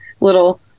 little